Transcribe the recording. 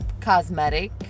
cosmetic